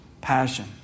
passion